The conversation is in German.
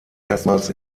erstmals